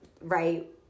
right